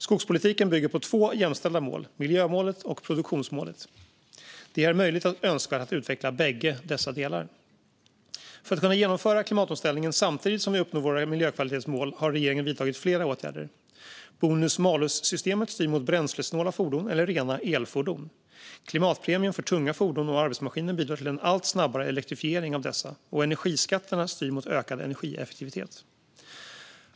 Skogspolitiken bygger på två jämställda mål: miljömålet och produktionsmålet. Det är möjligt och önskvärt att utveckla bägge dessa delar. För att kunna genomföra klimatomställningen samtidigt som vi uppnår våra miljökvalitetsmål har regeringen vidtagit flera åtgärder. Bonus-malus-systemet styr mot bränslesnåla fordon eller rena elfordon. Klimatpremien för tunga fordon och arbetsmaskiner bidrar till en allt snabbare elektrifiering av dessa, och energiskatterna styr mot ökad energieffektivitet.